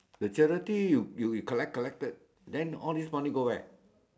the charity you you collect collected then all this money go where